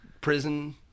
prison